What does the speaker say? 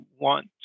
want